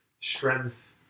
strength